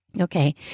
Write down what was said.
Okay